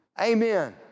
Amen